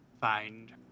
find